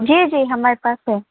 जी जी हमारे पास है